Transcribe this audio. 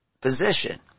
position